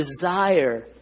desire